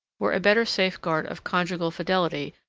were a better safeguard of conjugal fidelity,